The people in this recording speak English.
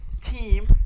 team